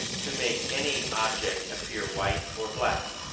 to make any object appear white or black.